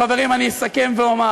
חברים, אני אסכם ואומר,